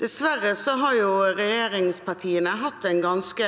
Dessverre har regjeringspartiene hatt en ganske